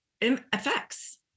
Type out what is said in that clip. effects